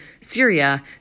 Syria